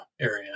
area